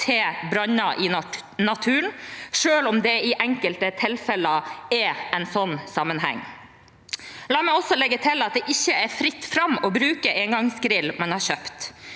til branner i naturen, selv om det i enkelte tilfeller er en sånn sammenheng. La meg også legge til at det ikke er fritt fram å bruke engangsgrillen man har kjøpt.